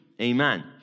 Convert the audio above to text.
Amen